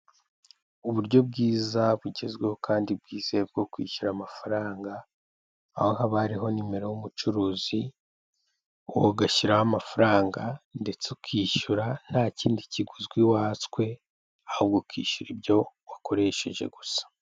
Uburyo bwiza bugezweho kandi bwizewe bwo kwishyura amafaranga, aho haba hariho nimero y'umucuruzi, wowe ugashyiraho amafaranga ndetse ukishyura nta kindi kiguzwi watswe, ahubwo ukishyura ibyo wakoresheje gusa.